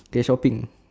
okay shopping